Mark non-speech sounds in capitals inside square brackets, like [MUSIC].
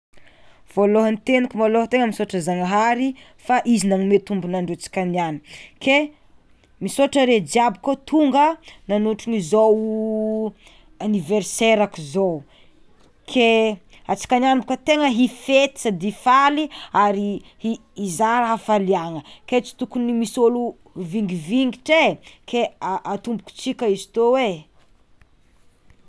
Voalohan-teniko malôha tegna misaotra zanahary fa izy nanome tombon'andro antsika niany ke misaotra are jiaby koa tonga nonotrony izao [HESITATION] aniverserako zao ke atsika niany koa tegna hifety sady hifaly ary hi- hizara hafaliagna, ke tsy tokony hisi olo vingivingitry e ke a atombotsika izy tô e.